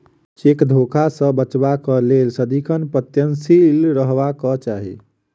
cheque धोखा सॅ बचबाक लेल सदिखन प्रयत्नशील रहबाक चाही